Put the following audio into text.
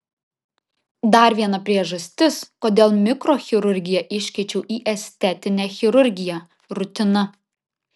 dar viena priežastis kodėl mikrochirurgiją iškeičiau į estetinę chirurgiją rutina